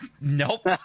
Nope